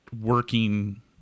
working